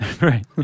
Right